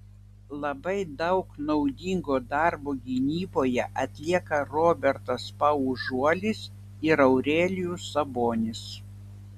labai daug naudingo darbo gynyboje atlieka robertas paužuolis ir aurelijus sabonis